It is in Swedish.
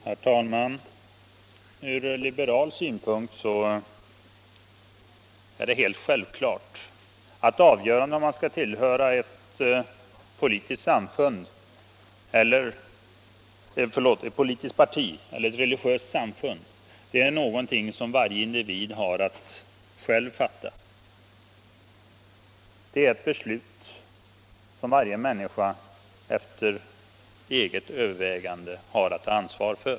Herr talman! Ur liberal synpunkt är det helt självklart att avgörandet om man skall tillhöra ett politiskt parti eller ett religiöst samfund är någonting som varje individ har att själv fatta. Det är ett beslut som varje människa efter eget övervägande har att ta ansvar för.